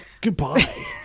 Goodbye